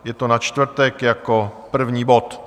Je to na čtvrtek jako první bod.